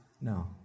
No